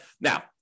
Now